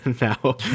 now